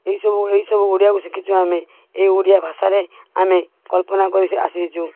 ଏଇ ସବୁ ଏଇ ସବୁ ଓଡ଼ିଆକୁ ଶିଖିଛୁ ଆମେ ଏଇ ଓଡ଼ିଆ ଭାଷାରେ ଆମେ କଳ୍ପନା କରି ଆସିଛୁ